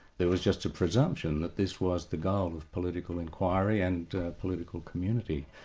there was just a presumption that this was the goal of political inquiry and political community.